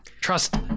Trust